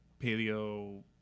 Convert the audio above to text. Paleo